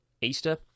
Easter